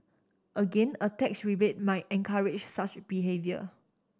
again a tax rebate might encourage such behaviour